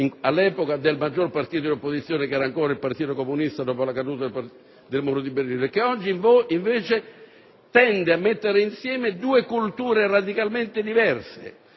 all'epoca del maggior partito di opposizione che era ancora il partito comunista dopo la caduta del muro di Berlino. Oggi invece si tende a mettere insieme due culture radicalmente diverse.